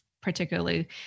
particularly